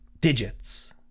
digits